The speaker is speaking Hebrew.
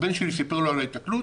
הבן שלי סיפר לו על ההיתקלות,